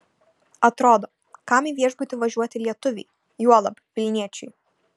atrodo kam į viešbutį važiuoti lietuviui juolab vilniečiui